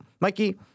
Mikey